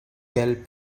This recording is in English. kelp